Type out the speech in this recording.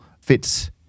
fits